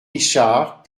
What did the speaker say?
richard